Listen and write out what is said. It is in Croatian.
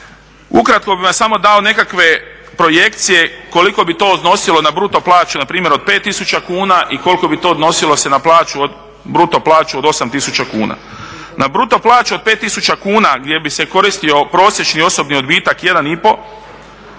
Ukratko bih vam samo dao nekakve projekcije koliko bi to odnosilo na bruto plaću npr. od 5 tisuća kuna i koliko bi se to odnosilo na bruto plaću od 8 tisuća kuna. Na bruto plaću od 5 tisuća kuna gdje bi se koristio prosječni osobni odbitak 1,5,